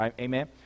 amen